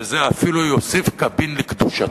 וזה אפילו יוסיף קבין לקדושתה.